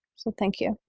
so thank you.